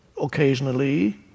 occasionally